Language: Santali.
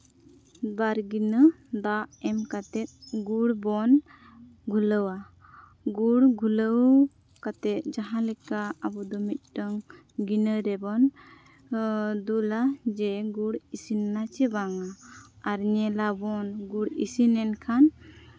ᱵᱟᱨ ᱜᱤᱱᱟᱹ ᱫᱟᱜ ᱮᱢ ᱠᱟᱛᱮᱫ ᱜᱩᱲ ᱵᱚᱱ ᱜᱩᱞᱟᱹᱣᱟ ᱜᱩᱲ ᱜᱩᱞᱟᱹᱣ ᱠᱟᱛᱮᱫ ᱡᱟᱦᱟᱸ ᱞᱮᱠᱟ ᱟᱵᱚ ᱫᱚ ᱢᱤᱫᱴᱟᱱ ᱜᱤᱱᱟᱹ ᱨᱮᱵᱚᱱ ᱫᱩᱞᱟ ᱡᱮ ᱜᱩᱲ ᱤᱥᱤᱱ ᱱᱟ ᱪᱮ ᱵᱟᱝᱟ ᱟᱨ ᱧᱮᱞ ᱟᱵᱚᱱ ᱜᱩᱲ ᱤᱥᱤᱱ ᱮᱱ ᱠᱷᱟᱱ